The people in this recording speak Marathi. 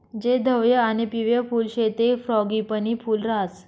जे धवयं आणि पिवयं फुल शे ते फ्रॉगीपनी फूल राहास